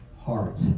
heart